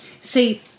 See